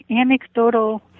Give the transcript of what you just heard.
anecdotal